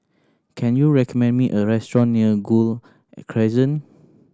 can you recommend me a restaurant near Gul Crescent